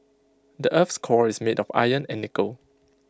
the Earth's core is made of iron and nickel